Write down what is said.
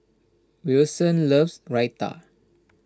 Wilson loves Raita